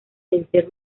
desde